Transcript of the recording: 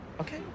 Okay